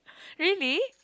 really